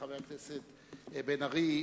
חבר הכנסת בן-ארי,